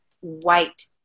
white